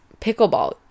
pickleball